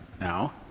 Now